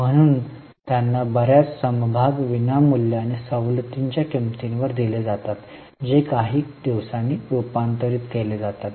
म्हणून त्यांना बर्याच समभाग विनामूल्य आणि सवलतीच्या किंमतीवर दिले जातात जे काही दिवसांनी रूपांतरित केले जातात